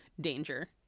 danger